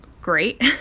great